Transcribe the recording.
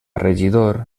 regidor